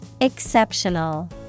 Exceptional